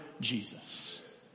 Jesus